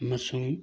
ꯑꯃꯁꯨꯡ